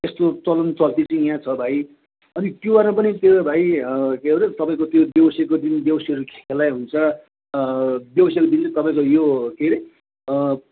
यस्तो चलन चल्ती चाहिँ यहाँ छ भाइ अनि तिहारमा पनि त्यो भाइ के भन्छन् तपाईँको त्यो देउँसीको दिन देउँसीहरू खेलाइ हुन्छ देउँसीको दिन चाहिँ तपाईँको यो के अरे